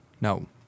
No